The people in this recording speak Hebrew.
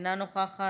אינה נוכחת.